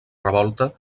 revolta